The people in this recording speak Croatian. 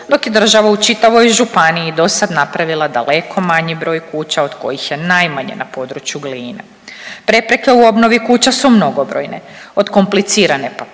dok je država u čitavoj županiji dosad napravila daleko manji broj kuća od kojih je najmanje na području Gline. Prepreke u obnovi kuća su mnogobrojne, od komplicirane papirologije